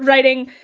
writing,